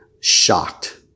shocked